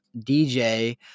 DJ